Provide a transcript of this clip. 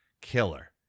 killer